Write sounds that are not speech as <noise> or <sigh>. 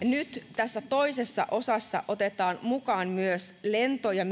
nyt tässä toisessa osassa otetaan mukaan myös lento ja <unintelligible>